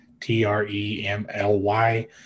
T-R-E-M-L-Y